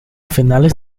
finales